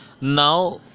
Now